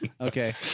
Okay